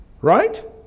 Right